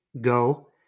go